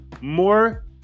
more